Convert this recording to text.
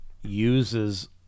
uses